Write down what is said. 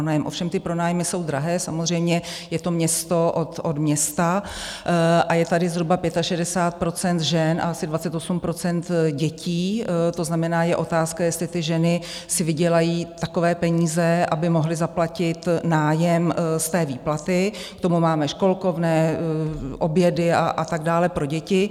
Ovšem ty pronájmy jsou drahé, samozřejmě, je to město od města a je tady zhruba 65 % žen a asi 28 % dětí, to znamená, je otázka, jestli ty ženy si vydělají takové peníze, aby mohly zaplatit nájem z výplaty, k tomu máme školkovné, obědy a tak dále pro děti.